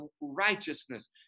righteousness